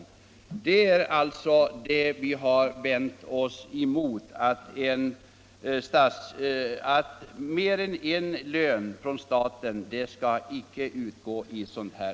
Vad vi har velat understryka är att det i detta sammanhang inte skall utgå mer än en lön från staten.